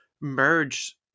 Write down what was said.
merge